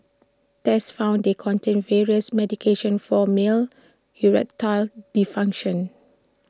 tests found they contained various medications for male erectile dysfunction